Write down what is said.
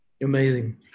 Amazing